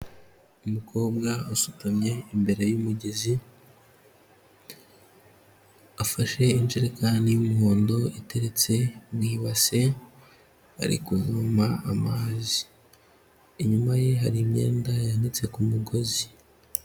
Umukobwa usutamye imbere y'umugezi afashe injerekani y'umuhondo iteretse mu ibase ari kuvoma amazi, inyuma ye hari imyenda yanitse ku mugozi.